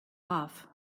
off